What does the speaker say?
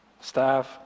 staff